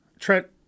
Trent